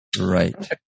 Right